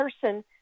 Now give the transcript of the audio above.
person